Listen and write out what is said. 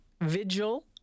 vigil